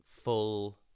full